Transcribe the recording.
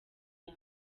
aya